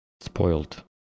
Spoiled